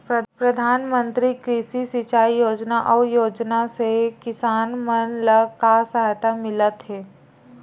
प्रधान मंतरी कृषि सिंचाई योजना अउ योजना से किसान मन ला का सहायता मिलत हे?